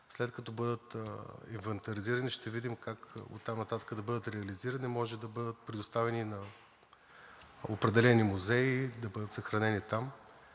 След като бъдат инвентаризирани, ще видим как оттам нататък да бъдат реализирани, да може да бъдат предоставени на определени музеи, да бъдат съхранени там,